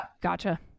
Gotcha